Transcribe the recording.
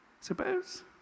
Suppose